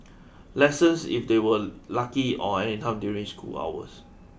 lessons if they were lucky or anytime during school hours